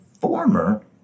former